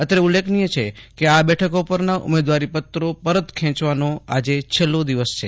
અત્રે ઉલ્લેખનીય છે કે આ બેઠકો પરના ઉમેદવારીપત્રો પરત ખેંચવા માટે આજે છેલ્લો દિવસ છે